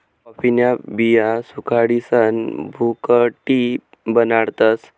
कॉफीन्या बिया सुखाडीसन भुकटी बनाडतस